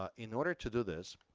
ah in order to do this,